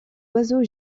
oiseaux